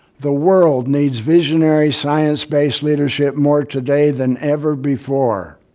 the world needs visionary science-based leadership more today than ever before.